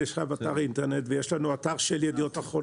זה נחשב אתר אינטרנט ויש לנו אתר של ידיעות אחרונות.